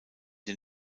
den